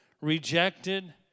rejected